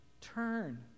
Turn